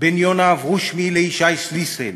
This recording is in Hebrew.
בין יונה אברושמי לישי שליסל,